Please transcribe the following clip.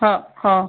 हं हं